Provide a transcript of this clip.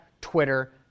Twitter